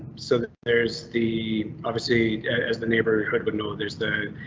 so that there's the obviously as the neighborhood would know, there's the,